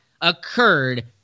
occurred